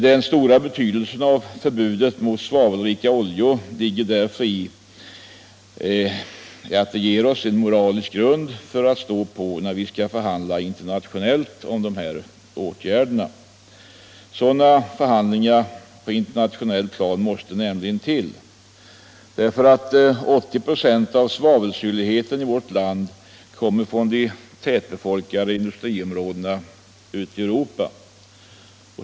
Den stora betydelsen av förbudet mot svavelrika oljor ligger därför i att det ger oss en moralisk grund att stå på vid förhandlingar om internationella åtgärder mot försurningen. Sådana förhandlingar på internationellt plan måste nämligen till, därför att 80 96 av svavelsyrligheten i vårt land kommer från de tätbefolkade industriområdena ute i Europa.